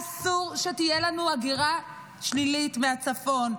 אסור שתהיה לנו הגירה שלילית מהצפון.